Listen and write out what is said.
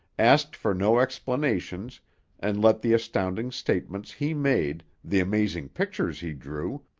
asked for no explanations and let the astounding statements he made, the amazing pictures he drew,